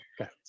Okay